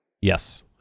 Yes